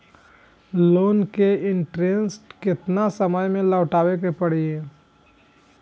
Loan के interest केतना समय में लौटावे के पड़ी?